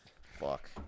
Fuck